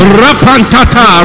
rapantata